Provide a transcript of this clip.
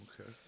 Okay